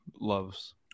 loves